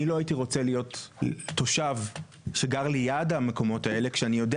אני לא הייתי רוצה להיות תושב שגר ליד המקומות האלה כשאני יודע